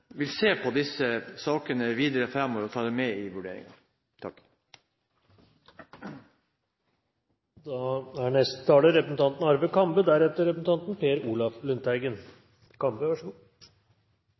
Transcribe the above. vil se på disse sakene videre framover og ta det med i